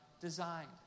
designed